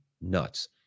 nuts